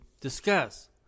discuss